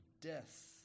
death